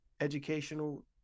educational